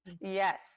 Yes